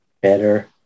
better